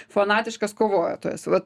fanatiškas kovotojas vat